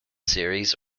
series